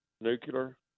nuclear